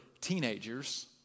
teenagers